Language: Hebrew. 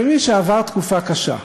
אני מבין שעברת תקופה קשה.